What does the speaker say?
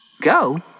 Go